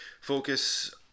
focus